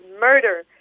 murder